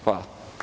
Hvala.